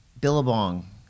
Billabong